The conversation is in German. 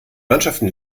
mannschaften